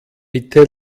bitte